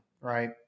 right